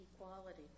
Equality